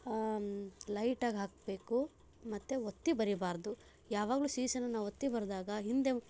ಲೈಟಾಗಿ ಹಾಕಬೇಕು ಮತ್ತು ಒತ್ತಿ ಬರೀಬಾರ್ದು ಯಾವಾಗಲೂ ಸೀಸನ ನಾವು ಒತ್ತಿ ಬರೆದಾಗ ಹಿಂದೆ